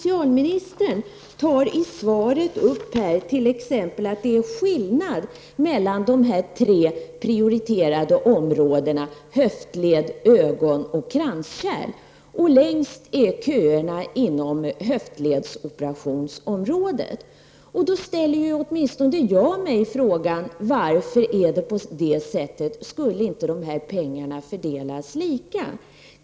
I svaret tar socialministern t.ex. upp att det är skillnad mellan de tre prioriterade områdena — höftled, ögon och kranskärl. Köerna är längst inom höftledsoperationsområdet. I det läget måste åtminstone jag ställa mig frågan varför det är på det sättet. Skulle inte pengarna fördelas lika?